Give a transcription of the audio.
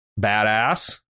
badass